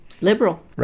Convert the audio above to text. liberal